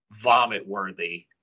vomit-worthy